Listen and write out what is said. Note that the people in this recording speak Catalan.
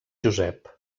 josep